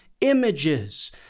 images